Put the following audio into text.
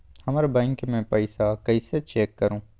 हमर बैंक में पईसा कईसे चेक करु?